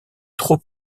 trop